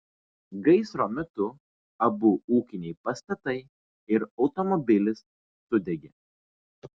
gaisro metu abu ūkiniai pastatai ir automobilis sudegė